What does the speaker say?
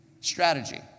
Strategy